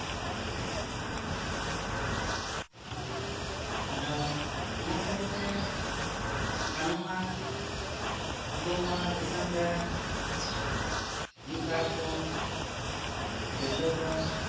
ᱟᱫᱚ ᱚᱱᱟ ᱞᱟᱹᱭᱛᱮ ᱜᱟᱱᱚᱜᱼᱟ ᱟᱵᱚ ᱱᱚᱣᱟ ᱫᱤᱥᱚᱢᱨᱮ ᱢᱤᱫ ᱵᱟᱨ ᱠᱚ ᱛᱤᱨᱞᱟᱹ ᱫᱚ